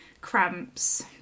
cramps